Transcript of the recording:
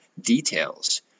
details